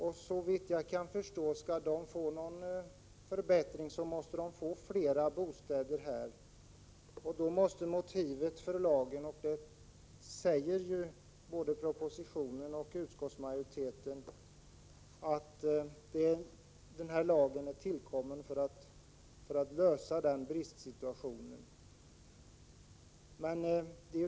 Men skall stockholmarna få någon förbättring måste det såvitt jag kan förstå bli fler bostäder här, och då måste motivet för lagen — det sägs i både propositionen och utskottsbetänkandet — vara att lagen skall avskaffa denna bristsituation.